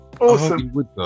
Awesome